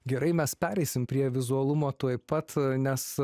gerai mes pereisim prie vizualumo tuoj pat nes